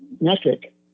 metric